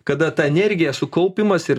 kada ta energija sukaupimas ir